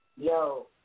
Yo